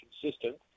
consistent